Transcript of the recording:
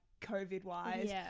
COVID-wise